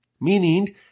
meaning